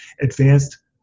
advanced